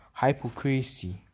Hypocrisy